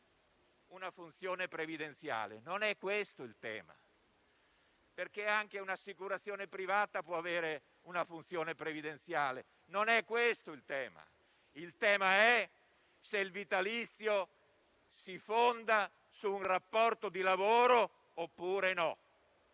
una funzione previdenziale. Non è questo il tema, perché anche un'assicurazione privata può avere una funzione previdenziale. Il tema è se il vitalizio si fonda su un rapporto di lavoro o no,